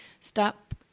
stop